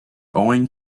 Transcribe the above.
owing